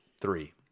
three